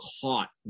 caught